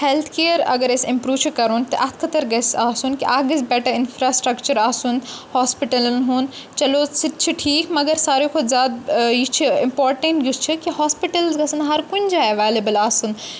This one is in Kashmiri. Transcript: ہیٚلتھ کِیَر اَگر اَسہِ اِمپروٗ چھ کَرُن تہٕ اَتھ خٲطر گَژھِ آسُن کہِ اکھ گژھِ بیٚٹَر اِنفراسٹرکچَر آسُن ہاسپِٹَلَن ہُنٛد چلو سُہ تہِ چھُ ٹھیٖک مگر ساروے کھۄتہٕ زیادٕ یہِ چھُ اِمپاٹَنٛٹ یُس چھُ کہِ ہاسپِٹَلٕز گژھن ہَر کُنہِ جایہِ ایویلیبٕل آسُن